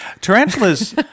Tarantulas